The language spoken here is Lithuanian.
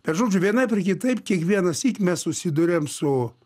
bet žodžiu vienaip ar kitaip kiekvienasyk mes susiduriam su